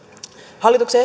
hallituksen